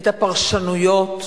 את הפרשנויות